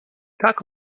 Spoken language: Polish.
tak